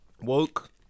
Woke